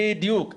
בדיוק.